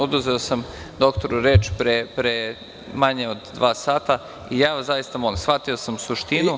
Oduzeo sam doktoru reč pre manje od dva sata i zaista vas molim, shvatio sam suštinu.